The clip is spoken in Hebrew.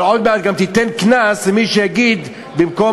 אבל עוד מעט גם תיתן קנס למי שיגיד במקום